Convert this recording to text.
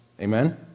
Amen